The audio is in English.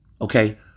Okay